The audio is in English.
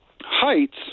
heights